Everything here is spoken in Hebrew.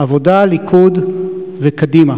עבודה, ליכוד וקדימה.